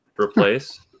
replace